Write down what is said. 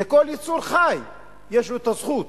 כל יצור חי יש לו הזכות